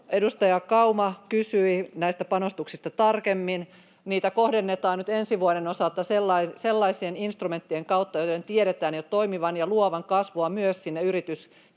Edustaja Kauma kysyi näistä panostuksista tarkemmin. Niitä kohdennetaan nyt ensi vuoden osalta sellaisten instrumenttien kautta, joiden jo tiedetään toimivan ja luovan kasvua myös sinne yrityskenttään.